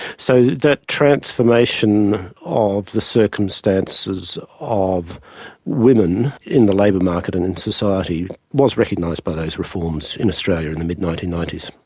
so that transformation of the circumstances of women in the labour market and in society was recognised by those reforms in australia in the mid nineteen ninety s.